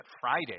Friday